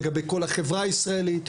לגבי כל החברה הישראלית.